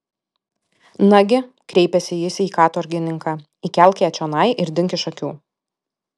nagi kreipėsi jis į katorgininką įkelk ją čionai ir dink iš akių